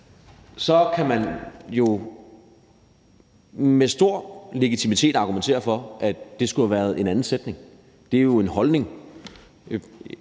Så kan man jo med stor legitimitet argumentere for, at det skulle have været en anden sætning. Det er jo en holdning.